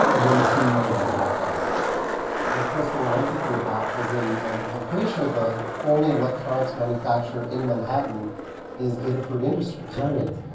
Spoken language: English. we're going to see more of that happening. and of course, the one i'm thinking about is in i'm pretty sure the only electronics manufacturer in manhattan is adafruit industries, right?